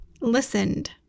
listened